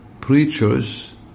preachers